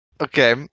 Okay